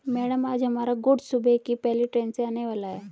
madam आज हमारा goods सुबह की पहली ट्रैन से आने वाला है